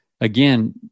again